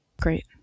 Great